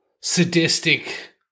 sadistic